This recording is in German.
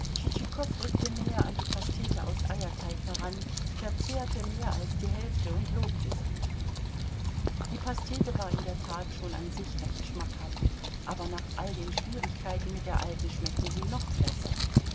rückte näher an die pastete aus eierteig heran verzehrte mehr als die hälfte und lobte sie die pastete war in der tat schon an sich recht schmackhaft aber nach all den schwierigkeiten mit der alten schmeckte sie noch besser